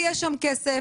יש שם כסף,